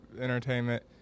entertainment